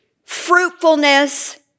fruitfulness